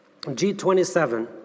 G27